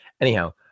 Anyhow